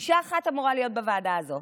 אישה אחת אמורה להיות בוועדה הזאת.